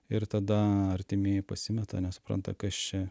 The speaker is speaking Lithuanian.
ir tada artimieji pasimeta nesupranta kas čia